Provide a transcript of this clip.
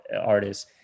artists